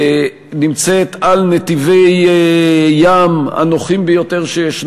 נמצאת על נתיבי ים הנוחים ביותר שיש,